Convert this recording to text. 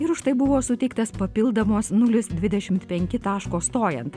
ir už tai buvo suteiktas papildomos nulis dvidešimt penki taško stojant